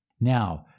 Now